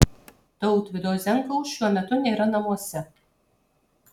tautvydo zenkaus šiuo metu nėra namuose